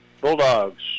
Bulldogs